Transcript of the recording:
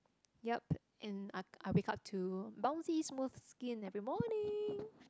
yup and I I wake to bouncy smooth skin every morning